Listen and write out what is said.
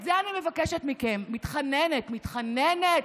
את זה אני מבקשת מכם, מתחננת, מתחננת.